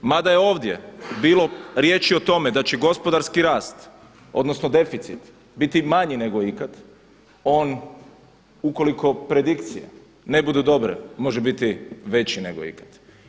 Mada je ovdje bilo riječi o tome da će gospodarski rast odnosno deficit biti manji nego ikad, on ukoliko predikcije ne budu dobre može biti veći nego ikad.